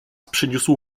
przyniósł